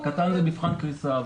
הקטן זה מבחן קריסה,